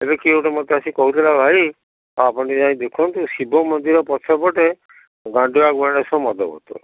ଏବେ କିଏ ଗୋଟେ ମୋତେ ଆସି କହୁଥିଲା ଭାଇ ଆପଣ ଟିକେ ଯାଇ ଦେଖନ୍ତୁ ଶିବ ମନ୍ଦିର ପଛ ପଟେ ସବୁ ମଦ ବୋତଲ